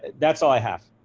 that's all i have.